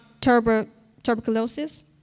tuberculosis